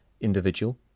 individual